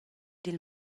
dil